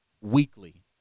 weekly